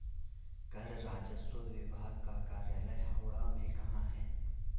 कर राजस्व विभाग का कार्यालय हावड़ा में कहाँ है?